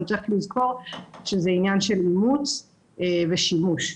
גם צריך לזכור שזה עניין של אימוץ ושימוש ביישומון.